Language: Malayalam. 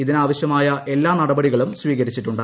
ഇതിനാവശ്യമായ എല്ലാ നടപടികളും സ്വീകരിച്ചിട്ടുണ്ട്